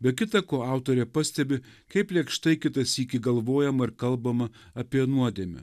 be kita ko autorė pastebi kaip lėkštai kitą sykį galvojama ir kalbama apie nuodėmę